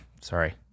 sorry